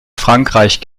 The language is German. frankreich